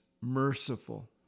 merciful